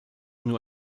nur